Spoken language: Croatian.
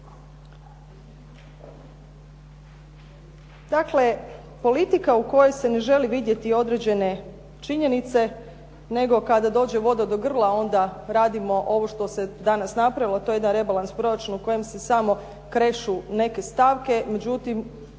Dakle, politika u kojoj se ne žele vidjeti određene činjenice, nego kada dođe voda do grla, onda radimo ovo što se danas napravilo to je jedan rebalans proračuna u kojem se samo krešu neke stavke. Međutim,